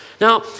Now